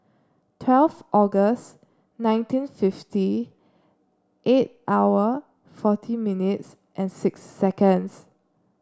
twelfth August nineteen fifty eight hour forty minutes and six seconds